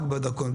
רק בדרכון.